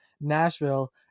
Nashville